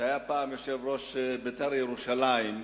שהיה פעם יושב-ראש "בית"ר ירושלים"